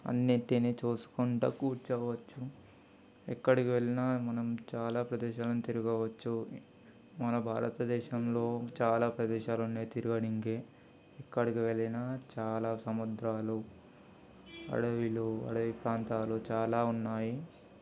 అన్ని తిని చూసుకుంటా కూర్చోవచ్చు ఎక్కడికి వెళ్ళినా మనం చాలా ప్రదేశాలను తిరగవచ్చు మన భారతదేశంలో చాలా ప్రదేశాలు ఉన్నాయి తిరగడానికి ఎక్కడికి వెళ్ళినా చాలా సముద్రాలు అడవిలు అడవి ప్రాంతాలు చాలా ఉన్నాయి